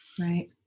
Right